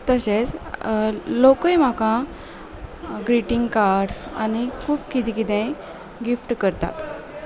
तशेंच लोकूय म्हाका ग्रिटींग कार्ड्स आनी खूब किदें किदेंय गिफ्ट करतात